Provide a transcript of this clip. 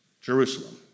Jerusalem